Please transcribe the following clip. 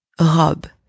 robe